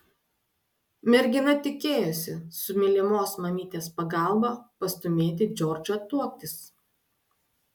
mergina tikėjosi su mylimos mamytės pagalba pastūmėti džordžą tuoktis